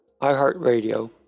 iHeartRadio